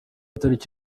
itariki